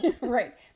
right